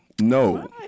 No